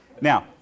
Now